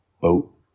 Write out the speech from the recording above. boat